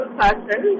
person